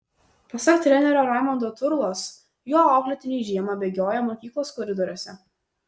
pasak trenerio raimondo turlos jo auklėtiniai žiemą bėgioja mokyklos koridoriuose